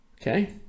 Okay